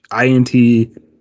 INT